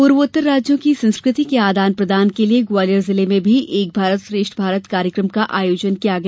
पूर्वोत्तर राज्यों की संस्कृति के आदान प्रदान के लिये ग्वालियर में भी एक भारतः श्रेष्ठ भारत कार्यक्रम का आयोजन किया गया